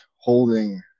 holding